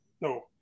no